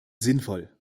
sinnvoll